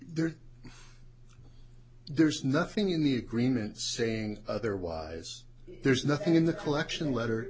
there there's nothing in the agreement saying otherwise there's nothing in the collection letter